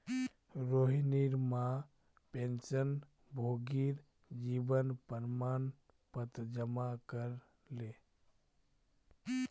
रोहिणीर मां पेंशनभोगीर जीवन प्रमाण पत्र जमा करले